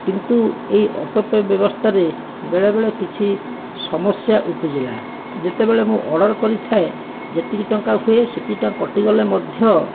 କିନ୍ତୁ ଏହି auto pay ବ୍ୟବସ୍ଥାରେ ବେଳେ ବେଳେ କିଛି ସମସ୍ୟା ଉପୁଜିଲା ଯେତେବେଳେ ମୁଁ ଅର୍ଡ଼ର କରିଥାଏ ଯେତିକି ଟଙ୍କା ହୁଏ ସେତିକି ଟଙ୍କା କଟିଗଲେ ମଧ୍ୟ